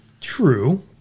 True